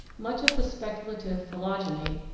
much of the speculative phylogeny,